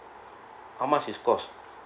how much is cost